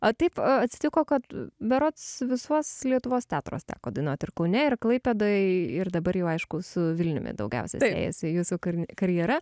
o taip atsitiko kad berods visuos lietuvos teatruose teko dainuot ir kaune ir klaipėdoj ir dabar jau aišku su vilniumi daugiausia siejasi jūsų kar karjera